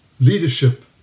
leadership